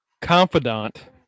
confidant